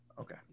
Okay